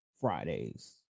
Fridays